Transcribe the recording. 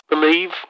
Believe